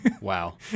Wow